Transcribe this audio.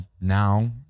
now